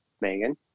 Megan